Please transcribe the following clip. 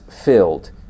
filled